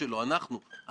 זו לדעתי אמירה חשובה מאוד.